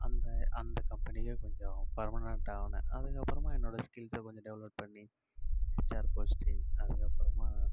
அந்த அந்த கம்பெனிலேயே கொஞ்சம் பர்மனென்ட்டானேன் அதுக்கப்புறமா என்னோட ஸ்கில்ஸை கொஞ்சம் டெவலப் பண்ணி ஹெச்ஆர் போஸ்டிங் அதுக்கப்புறமா